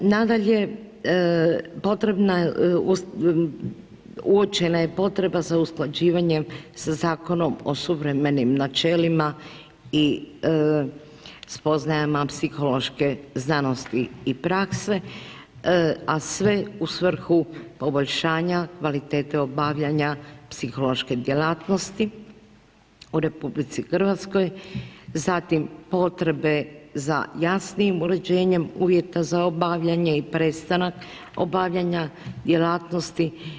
Nadalje, potrebna, uočena je potreba za usklađivanjem sa Zakonom o suvremenim načelima i spoznajama psihološke znanosti i prakse, a sve u svrhu poboljšanja kvalitete obavljanja psihološke djelatnosti u RH, zatim potrebe za jasnijim uređenjem uvjeta za obavljanje i prestanak obavljanja djelatnosti.